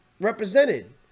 represented